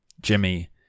Jimmy